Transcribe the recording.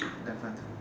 eleventh